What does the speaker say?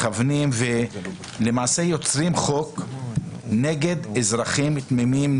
למעשה יוצרים חוק נגד אזרחים תמימים,